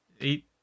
Eight